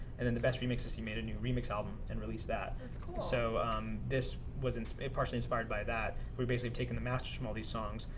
and then the best remixes, he made a new remix album and released that. that's cool. so this was partially inspired by that. we've basically taken the masters from all these songs,